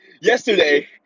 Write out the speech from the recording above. yesterday